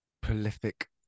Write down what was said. prolific